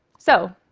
so,